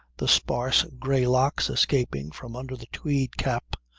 the sparse grey locks escaping from under the tweed cap,